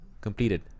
completed